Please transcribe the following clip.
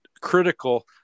critical